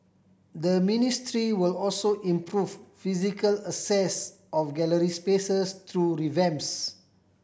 the ministry will also improve physical access of gallery spaces through revamps